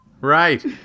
Right